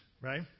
right